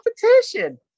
competition